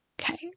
Okay